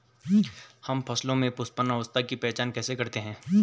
हम फसलों में पुष्पन अवस्था की पहचान कैसे करते हैं?